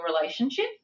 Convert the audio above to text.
relationship